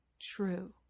true